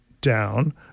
down